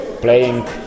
playing